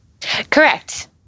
Correct